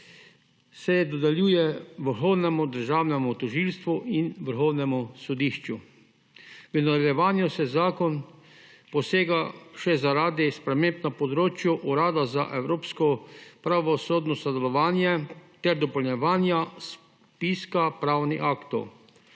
se dodeljuje Vrhovnemu državnemu tožilstvu in Vrhovnemu sodišču. V nadaljevanju se v zakon posega še zaradi sprememb na področju Urada za evropsko pravosodno sodelovanje ter dopolnjevanja spiska pravnih aktov.